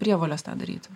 prievolės tą daryti